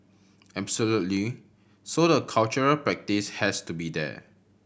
absolutely so the cultural practice has to be there